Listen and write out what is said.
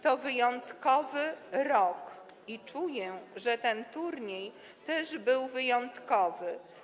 To wyjątkowy rok i czuję, że ten turniej też był wyjątkowy.